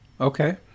okay